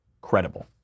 credible